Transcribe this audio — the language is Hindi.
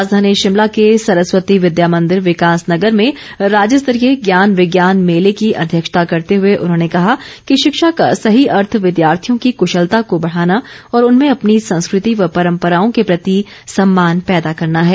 राजधानी शिमला के सरस्वती विद्या मंदिर विकास नगर में राज्यस्तरीय ज्ञान विज्ञान मेले की अध्यक्षता करते हुए उन्होंने कहा कि शिक्षा का सही अर्थ विद्यार्थियों की कृशलता को बढ़ाना और उनमें अपनी संस्कृति व परम्पराओं के प्रति सम्मान पैदा करना है